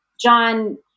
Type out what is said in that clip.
John